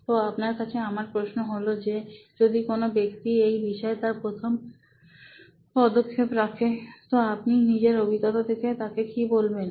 তো আপনার কাছে আমার প্রশ্ন হল যে যদি কোন ব্যক্তি এই বিষয়ে তার প্রথম পদক্ষেপ রাখছে তো আপনি নিজের অভিজ্ঞতা থেকে তাকে কী বলবেন